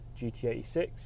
GT86